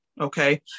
Okay